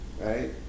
right